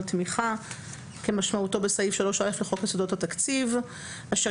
תמיכה כמשמעותו בסעיף 3(א) לחוק יסודות התקציב אשר